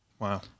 Wow